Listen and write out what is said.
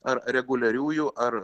ar reguliariųjų ar